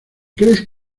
crees